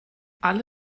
alle